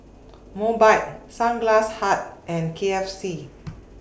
Mobike Sunglass Hut and K F C